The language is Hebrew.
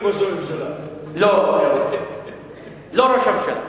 אותך מדבר עם ראש הממשלה.